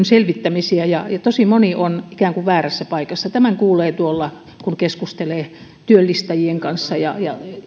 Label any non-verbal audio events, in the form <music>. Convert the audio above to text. <unintelligible> selvittämisiä ja tosi moni on ikään kuin väärässä paikassa tämän kuulee tuolla kun keskustelee työllistäjien kanssa ja